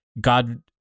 God